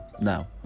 now